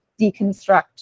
deconstruct